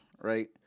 right